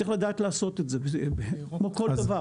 צריך לדעת לעשות את זה כמו כל דבר.